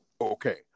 okay